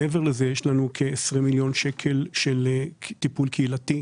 מעבר לזה יש לנו כ-20 מיליון שקל לטיפול קהילתי,